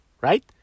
Right